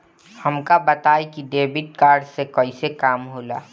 हमका बताई कि डेबिट कार्ड से कईसे काम होला?